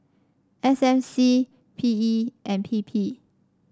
S M C P E and P P